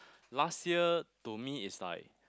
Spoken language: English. last year to me is like